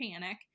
panic